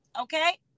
okay